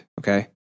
Okay